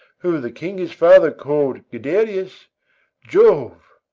who the king his father call'd guiderius jove!